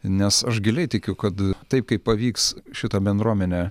nes aš giliai tikiu kad taip kaip pavyks šitą bendruomenę